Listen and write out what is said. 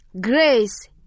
grace